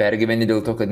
pergyveni dėl to kad